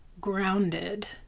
grounded